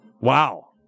Wow